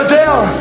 down